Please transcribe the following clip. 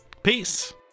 Peace